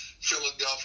Philadelphia